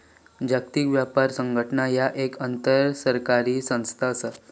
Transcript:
जागतिक व्यापार संघटना ह्या एक आंतरसरकारी संस्था असा